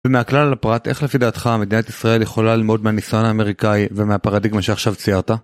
ומהכלל על הפרט, איך לפי דעתך מדינת ישראל יכולה ללמוד מהניסיון האמריקאי ומהפרדיגמה שעכשיו ציירת?